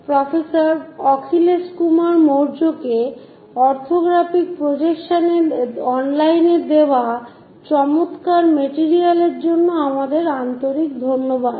professor Akhilesh Kumar মৌর্যকে orthographic প্রজেকশনে অনলাইনে দেওয়া চমৎকার মেটেরিয়াল এর জন্য আমাদের আন্তরিক ধন্যবাদ